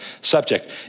subject